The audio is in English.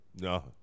No